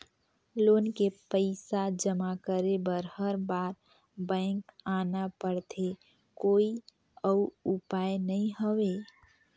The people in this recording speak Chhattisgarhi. लोन के पईसा जमा करे बर हर बार बैंक आना पड़थे कोई अउ उपाय नइ हवय?